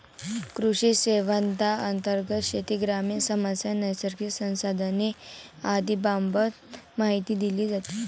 कृषिसंवादांतर्गत शेती, ग्रामीण समस्या, नैसर्गिक संसाधने आदींबाबत माहिती दिली जाते